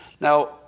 Now